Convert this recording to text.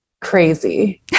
crazy